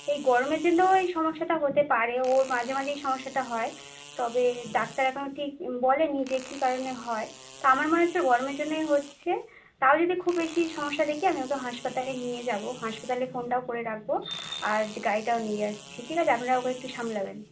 এই গরমের জন্যও এই সমস্যাটা হতে পারে ওর মাঝেমাঝেই এই সমস্যাটা হয় তবে ডাক্তার এখনো ঠিক বলেনি যে কি কারণে হয় তা আমার মনে হচ্ছে গরমের জন্যেই হচ্ছে তাও যদি খুব বেশি সমস্যা দেখি আমি ওকে হাসপাতালে নিয়ে যাবো হাসপাতালে ফোনটাও করে রাখবো আর গাড়িটাও নিয়ে যাচ্ছি ঠিক আছে আপনারা ওকে একটু সামলাবেন